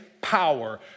power